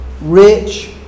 rich